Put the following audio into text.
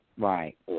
Right